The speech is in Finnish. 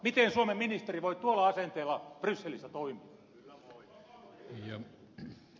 miten suomen ministeri voi tuolla asenteella brysselissä toimia